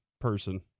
person